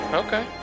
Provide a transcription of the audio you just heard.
okay